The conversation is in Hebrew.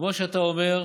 כמו שאתה אומר,